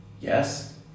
yes